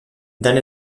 then